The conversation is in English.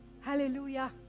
hallelujah